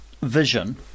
vision